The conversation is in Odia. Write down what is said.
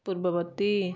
ପୂର୍ବବର୍ତ୍ତୀ